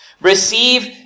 Receive